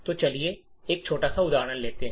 तो चलिए एक छोटा सा उदाहरण लेते हैं